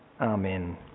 Amen